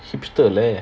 hipster leh